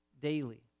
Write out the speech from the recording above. daily